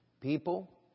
People